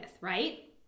right